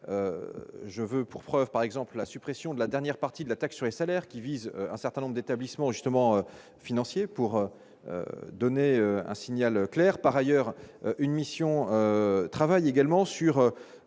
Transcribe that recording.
je veux pour preuve par exemple la suppression de la dernière partie de la taxe sur les salaires, qui vise un certain nombre d'établissements justement financier pour donner un signal clair par ailleurs une mission travaille également sur